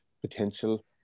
potential